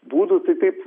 būdų tai taip